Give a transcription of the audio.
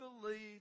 believe